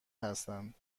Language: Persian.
هستند